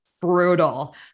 brutal